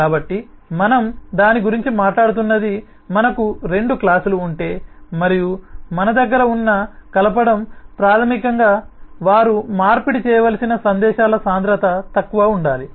కాబట్టి మనం దాని గురించి మాట్లాడుతున్నది మనకు రెండు క్లాస్ లు ఉంటే మరియు మన దగ్గర ఉన్న కలపడం ప్రాథమికంగా వారు మార్పిడి చేయవలసిన సందేశాల సాంద్రత తక్కువగా ఉండాలి